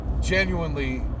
genuinely